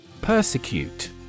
Persecute